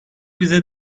bize